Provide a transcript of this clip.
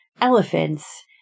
elephants